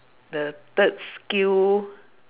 the third skill